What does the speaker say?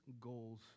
goals